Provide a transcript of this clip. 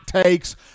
takes